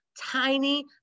tiny